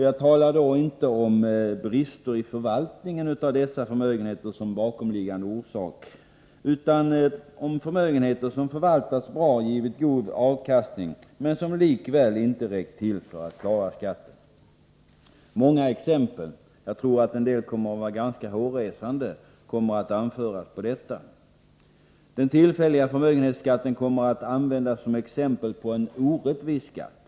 Jag talar då inte om brister i förvaltningen av vissa förmögenheter som bakomliggande orsak utan om förmögenheter som förvaltats bra och givit god avkastning men likväl inte räckt till för att klara skatten. Många exempel — jag tror en del ganska hårresande sådana — kommer att anföras på detta. Den tillfälliga förmögenhetsskatten kommer att användas som exempel på en orättvis skatt.